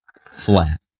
flat